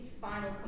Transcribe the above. final